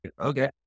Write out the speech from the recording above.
okay